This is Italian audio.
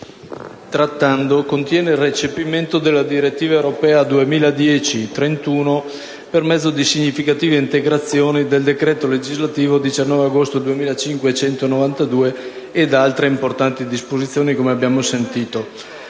il Senato sta trattando contiene il recepimento della direttiva europea 2010/31/UE per mezzo di significative integrazioni del decreto legislativo 19 agosto 2005, n. 192, ed altre importanti disposizioni (come abbiamo già sentito).